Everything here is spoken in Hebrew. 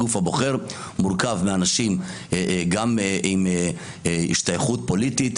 הגוף הבוחר מורכב מאנשים גם עם השתייכות פוליטית,